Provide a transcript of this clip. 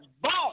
boss